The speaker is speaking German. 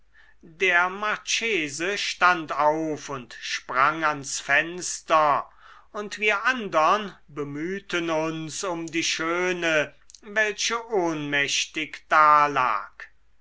der marchese stand auf und sprang ans fenster und wir andern bemühten uns um die schöne welche ohnmächtig dalag